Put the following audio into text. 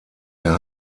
der